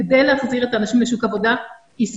כדי להחזיר את האנשים לשוק העבודה הישראלי.